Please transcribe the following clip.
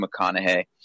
McConaughey